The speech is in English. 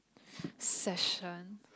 fashion